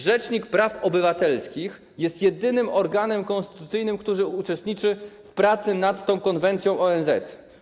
Rzecznik praw obywatelskich jest jedynym organem konstytucyjnym, który uczestniczy w pracy nad tą konwencją ONZ.